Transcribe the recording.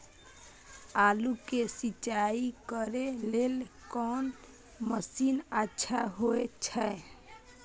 आलू के सिंचाई करे लेल कोन मसीन अच्छा होय छै?